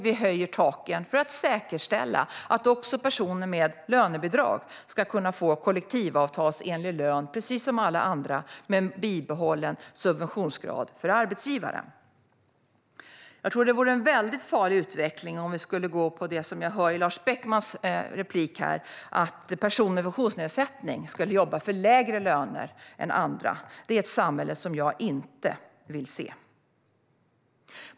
Vi höjer taken för att säkerställa att också personer med lönebidrag ska kunna få kollektivavtalsenlig lön, precis som alla andra, men med bibehållen subventionsgrad för arbetsgivaren. Jag tror att det vore en farlig utveckling att gå på det som jag hör Lars Beckman tala om i sin replik här, alltså att personer med funktionsnedsättning skulle jobba för lägre löner än andra. Det är ett samhälle som jag inte vill se.